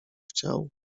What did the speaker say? chciał